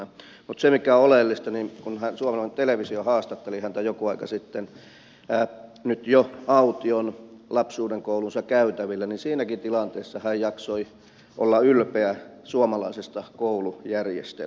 mutta se mikä on oleellista on se että kun suomalainen televisio haastatteli häntä joku aika sitten hänen nyt jo aution lapsuudenkoulunsa käytävillä niin siinäkin tilanteessa hän jaksoi olla ylpeä suomalaisesta koulujärjestelmästä